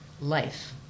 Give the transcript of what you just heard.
life